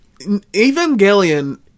Evangelion